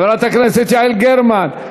חברת הכנסת יעל גרמן.